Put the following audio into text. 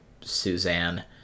Suzanne